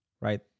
right